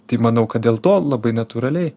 tai manau kad dėl to labai natūraliai